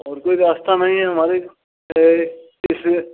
और कोई रास्ता नहीं है मालिक